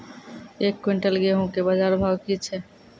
एक क्विंटल गेहूँ के बाजार भाव की छ?